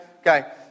Okay